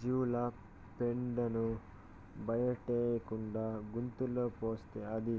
జీవాల పెండను బయటేయకుండా గుంతలో పోస్తే అదే